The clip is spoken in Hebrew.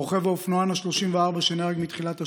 הרוכב הוא האופנוען ה-34 שנהרג מתחילת השנה,